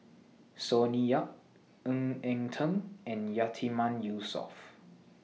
Sonny Yap Ng Eng Teng and Yatiman Yusof